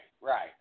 right